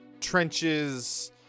trenches